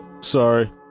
sorry